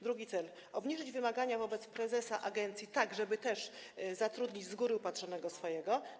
Drugi - obniżyć wymagania wobec prezesa agencji, tak żeby zatrudnić z góry upatrzonego swojego.